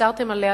שהצהרתם עליה,